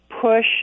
push